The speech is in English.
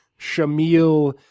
Shamil